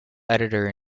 editor